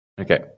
Okay